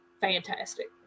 fantastic